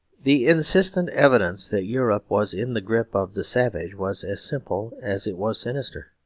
the instant evidence that europe was in the grip of the savage was as simple as it was sinister.